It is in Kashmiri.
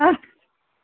اَتھ